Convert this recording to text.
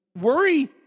Worry